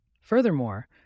Furthermore